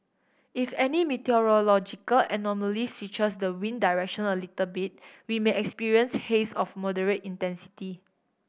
if any meteorological anomaly switches the wind direction a little bit we may experience haze of moderate intensity